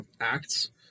acts